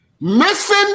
Missing